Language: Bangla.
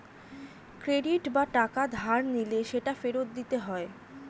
ক্রেডিট বা টাকা ধার নিলে সেটা ফেরত দিতে হয়